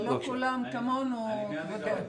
אבל לא כולם כמונו, כבודו.